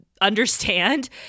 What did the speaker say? understand